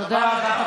תודה רבה,